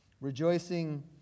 Rejoicing